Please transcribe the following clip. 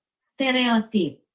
stereotype